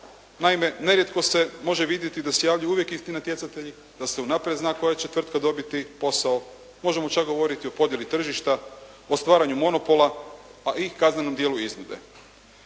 Naime, nerijetko se može vidjeti da se javljaju uvijek isti natjecatelji, da se unaprijed zna koja će tvrtka dobiti posao. Možemo čak govoriti o podjeli tržišta, o stvaranju monopola a i kaznenom dijelu iznude.